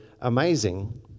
amazing